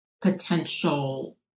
potential